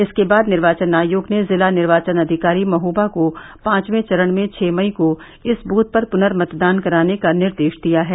इसके बाद निर्वाचन आयोग ने जिला निर्वाचन अधिकारी महोबा को पांचवें चरण में छह मई को इस बूथ पर पुनर्मतदान कराने का निर्देष दिया है